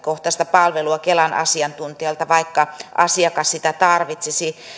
palvelua kelan asiantuntijalta vaikka asiakas sitä tarvitsisi